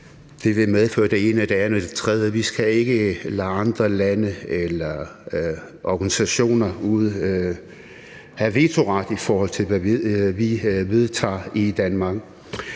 at det medfører det ene, det andet og tredje, for vi skal ikke lade andre lande eller organisationer have vetoret i forhold til, hvad vi vedtager i Danmark.